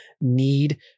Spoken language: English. need